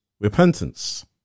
Repentance